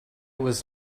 was